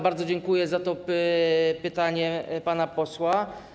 Bardzo dziękuję za to pytanie pana posła.